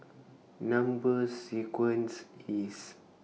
Number sequence IS